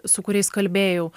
su kuriais kalbėjau